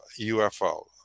UFO